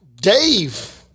Dave